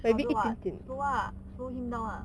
struggle [what] slow ah slow him down ah